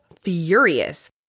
furious